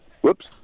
Whoops